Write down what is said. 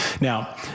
Now